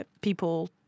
people